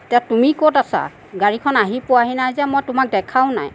এতিয়া তুমি ক'ত আছা গাড়ীখন আহি পোৱাহি নাই যে মই তোমাক দেখাও নাই